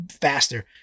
faster